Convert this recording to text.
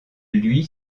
lui